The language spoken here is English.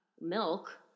Milk